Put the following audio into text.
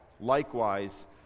Likewise